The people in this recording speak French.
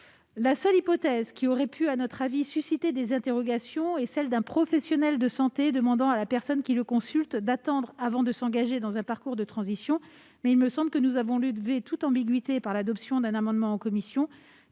La seule hypothèse qui aurait pu selon nous susciter des interrogations est celle d'un professionnel de santé demandant à la personne qui le consulte d'attendre avant de s'engager dans un parcours de transition, mais il me semble que, en la matière, nous avons levé toute ambiguïté en adoptant, en commission,